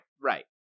Right